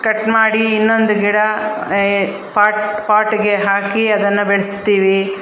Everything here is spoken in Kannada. ಕಟ್ ಮಾಡಿ ಇನ್ನೊಂದು ಗಿಡ ಪಾಟ್ ಪಾಟ್ಗೆ ಹಾಕಿ ಅದನ್ನು ಬೆಳೆಸ್ತೀವಿ